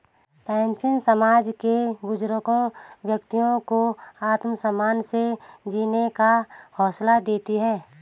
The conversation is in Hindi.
पेंशन समाज के बुजुर्ग व्यक्तियों को आत्मसम्मान से जीने का हौसला देती है